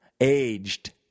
aged